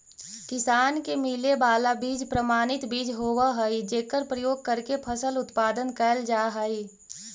किसान के मिले वाला बीज प्रमाणित बीज होवऽ हइ जेकर प्रयोग करके फसल उत्पादन कैल जा हइ